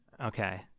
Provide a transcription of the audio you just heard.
Okay